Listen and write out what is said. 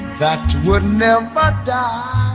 that would never die